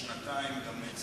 מס הבצורת, מה שנקרא, בעצם